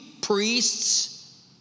priests